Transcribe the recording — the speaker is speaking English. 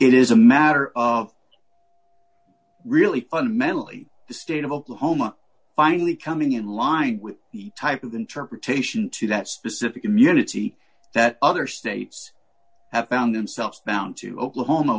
it is a matter of really fundamentally the state of oklahoma finally coming in line with the type of interpretation to that specific immunity that other states have found themselves found to oklahoma